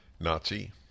Nazi